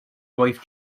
wife